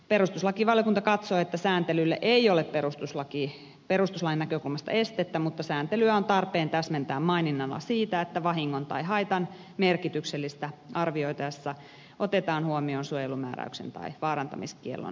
perustuslakivaliokunta katsoo että sääntelylle ei ole perustuslain näkökulmasta estettä mutta sääntelyä on tarpeen täsmentää maininnalla siitä että vahingon tai haitan merkityksellisyyttä arvioitaessa otetaan huomioon suojelumääräyksen tai vaarantamiskiellon sisältö ja kesto